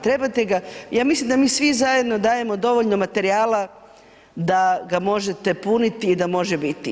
Trebate ga, ja mislim da mi svi zajedno dajemo dovoljno materijala da ga možete puniti i da može biti.